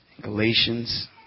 Galatians